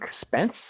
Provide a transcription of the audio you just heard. Spence